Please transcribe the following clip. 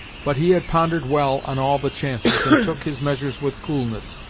but he had pondered well on all the chances, and took his measures with coolness,